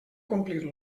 complir